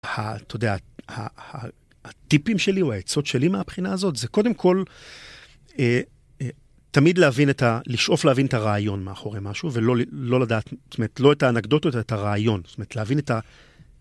אתה יודע, הטיפים שלי או העצות שלי מהבחינה הזאת זה קודם כל תמיד להבין, לשאוף להבין את הרעיון מאחורי משהו ולא לדעת, זאת אומרת, לא את האנקדוטות, אלא את הרעיון, זאת אומרת, להבין את ה...